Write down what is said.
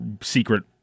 secret